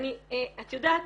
את יודעת,